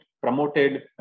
promoted